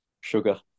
sugar